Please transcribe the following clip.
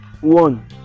one